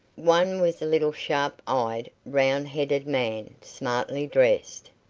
one was a little sharp-eyed, round-headed man, smartly dressed,